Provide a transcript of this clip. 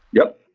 yup.